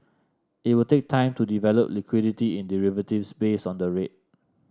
it will take time to develop liquidity in derivatives based on the rate